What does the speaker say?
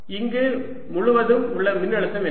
இங்கு முழுவதும் உள்ள மின்னழுத்தம் என்ன